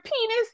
penis